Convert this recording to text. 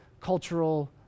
cultural